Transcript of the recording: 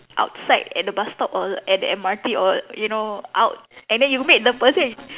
outside at the bus stop or at the M_R_T or you know out and then you meet the person